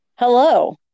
Hello